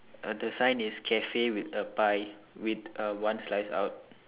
uh the sign is cafe with a pie with a one slice out